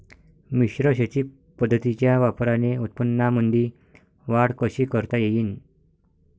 मिश्र शेती पद्धतीच्या वापराने उत्पन्नामंदी वाढ कशी करता येईन?